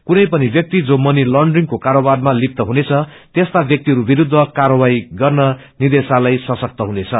कुनै पनि व्याक्ति जो मनी लान्द्रिंगको कारोगारमा लिस हुनेछ त्यस्ता व्याक्तिहरू विरूद्ध कार्वाही गर्न निदेशालय सशक्त हुनेछ